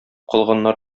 калганнар